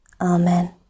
Amen